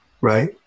right